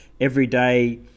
everyday